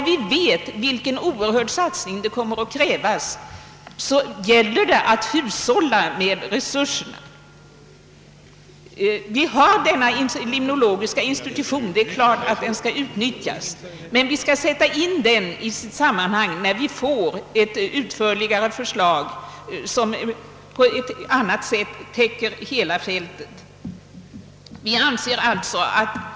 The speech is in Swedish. Vi vet alltså att det kommer att krävas en oerhörd satsning. Det gäller därför att hushålla med resurserna. Vi har en limnologisk institution, och det är klart att den skall utnyttjas. Men den skall sättas in i sitt sammanhang när vi får ett utförligare förslag som täcker hela fältet.